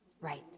right